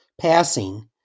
passing